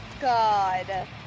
god